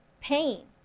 pain